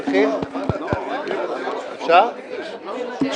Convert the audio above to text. נתחיל בסעיף ה',